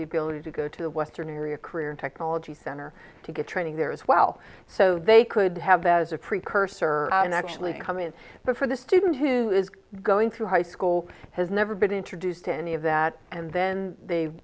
the ability to go to the western area career technology center to get training there as well so they could have that as a precursor and actually come in before the student who is going through high school has never been introduced to any of that and then they